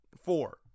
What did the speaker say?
four